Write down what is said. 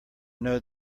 know